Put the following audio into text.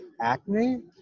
acne